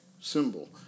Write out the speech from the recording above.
symbol